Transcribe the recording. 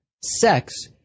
sex